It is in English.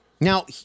Now